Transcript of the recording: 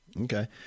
Okay